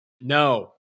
No